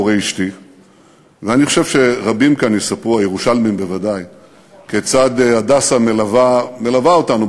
חושב שאין ירושלמי ש"הדסה" איננה יקר לו.